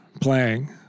playing